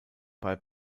bei